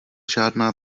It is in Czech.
žádná